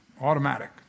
automatic